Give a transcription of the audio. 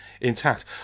intact